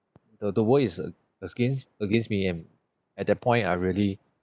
the the world is uh against against me and at that point I really